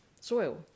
soil